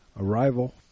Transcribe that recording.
Arrival